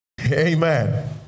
amen